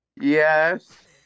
yes